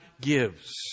gives